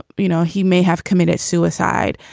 you know he may have committed suicide.